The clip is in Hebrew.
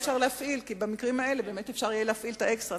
כי במקרים האלה באמת אפשר יהיה להפעיל את האקסטרה.